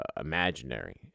imaginary